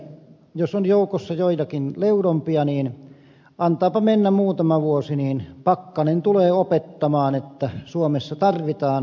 jos on joukossa joitakin leudompia niin antaapa mennä muutama vuosi niin pakkanen tulee opettamaan että suomessa tarvitaan jäänmurtoa